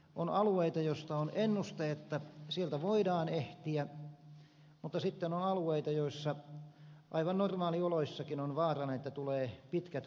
on alueita joista on ennuste että sieltä voidaan ehtiä mutta sitten on alueita joissa aivan normaalioloissakin on vaarana että tulevat pitkät kuljetusmatkat